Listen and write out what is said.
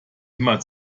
immer